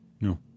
No